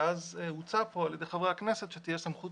ואז הוצע פה על ידי חברי הכנסת שתהיה סמכות